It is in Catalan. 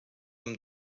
amb